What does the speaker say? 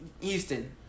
Houston